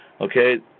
okay